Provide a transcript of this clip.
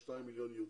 3.2 מיליון יהודים,